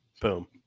boom